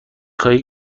خواهی